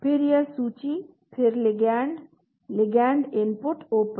फिर यह सूची फिर लिगैंड लिगैंड इनपुट ओपन